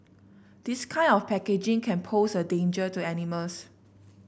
this kind of packaging can pose a danger to animals